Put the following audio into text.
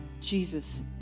Jesus